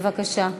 בבקשה.